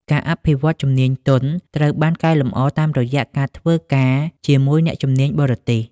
ការអភិវឌ្ឍជំនាញទន់ ត្រូវបានកែលម្អតាមរយៈការធ្វើការជាមួយអ្នកជំនាញបរទេស។